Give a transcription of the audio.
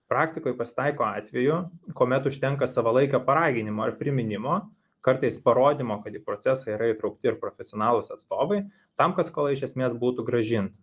praktikoj pasitaiko atvejų kuomet užtenka savalaikio paraginimo ar priminimo kartais parodymo kad į procesą yra įtraukti ir profesionalūs atstovai tam kad skola iš esmės būtų grąžinta